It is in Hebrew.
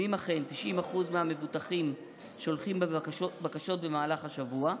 ואם אכן 90% מהמבוטחים שולחים בקשות במהלך השבוע,